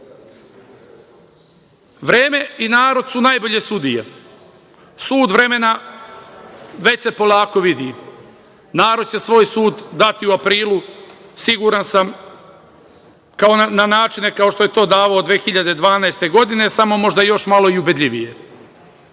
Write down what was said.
i narod su najbolje sudije. Sud vremena već se polako vidi. Narod će svoj sud dati u aprilu, siguran sam, na načine kao što je to davao 2012. godine, samo možda još malo i ubedljivije.S